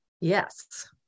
Yes